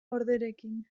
orderekin